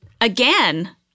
again